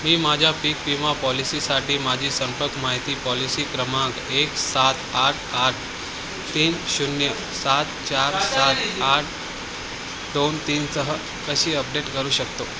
मी माझ्या पीक विमा पॉलिसीसाठी माझी संपर्क माहिती पॉलिसी क्रमांक एक सात आठ आठ तीन शून्य सात चार सात आठ दोन तीनसह कशी अपडेट करू शकतो